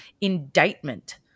indictment